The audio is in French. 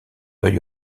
œil